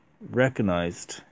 recognized